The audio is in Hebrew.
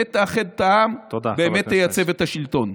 באמת תאחד את העם, באמת תייצב את השלטון.